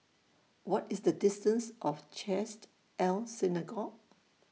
What IS The distance of Chesed El Synagogue